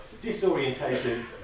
Disorientation